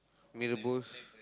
mee-rebus